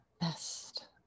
best